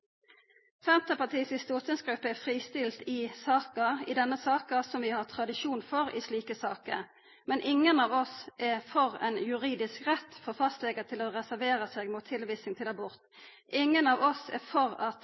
stortingsgruppe er fristilt i denne saka, som vi har tradisjon for i slike saker. Men ingen av oss er for ein juridisk rett for fastlegar til å reservera seg mot tilvising til abort. Ingen av oss er for at